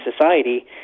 society